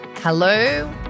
Hello